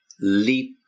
leap